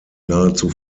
nahezu